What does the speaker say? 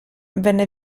venne